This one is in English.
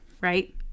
right